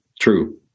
True